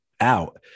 out